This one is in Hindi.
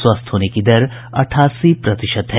स्वस्थ होने की दर अठासी प्रतिशत है